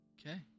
Okay